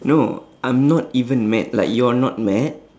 no I'm not even mad like you are not mad